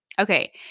Okay